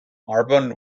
urban